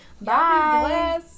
bye